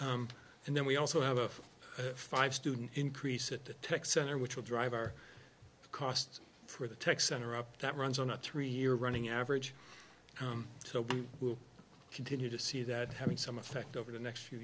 d and then we also have a five student increase at the tech center which will drive our cost for the tech center up that runs on a three year running average so we will continue to see that having some effect over the next few